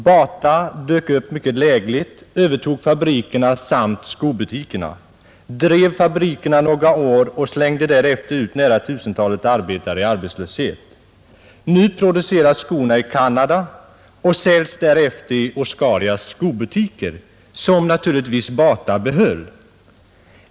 Bata dök upp mycket lägligt, övertog fabrikerna samt skobutikerna, drev fabrikerna några år och slängde därefter ut nära tusentalet arbetare i arbetslöshet. Nu produceras skorna i Canada och säljs därefter i Oscarias skobutiker — som naturligtvis Bata behöll.